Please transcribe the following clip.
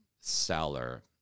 seller